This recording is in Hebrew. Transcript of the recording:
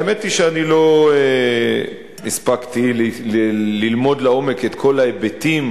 האמת היא שאני לא הספקתי ללמוד לעומק את כל ההיבטים